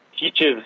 Teaches